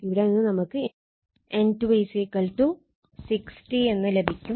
ഇവിടെ നിന്നും നമുക്ക് N2 60 എന്ന് ലഭിക്കും